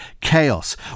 chaos